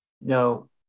No